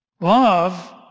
love